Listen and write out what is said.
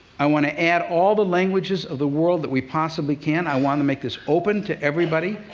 i want to add all the languages of the world that we possibly can. i want to make this open to everybody,